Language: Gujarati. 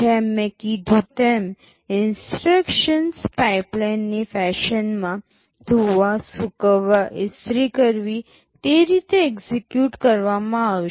જેમ મેં કીધું તેમ ઇન્સટ્રક્શન્સ પાઇપલાઇનની ફેશનમાં ધોવા સૂકવવા ઇસ્ત્રી કરવી તે રીતે એક્સેક્યૂટ કરવામાં આવશે